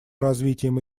развитием